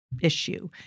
issue